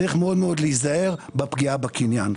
צריך מאוד מאוד להיזהר בפגיעה בקניין.